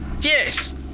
Yes